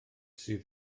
sydd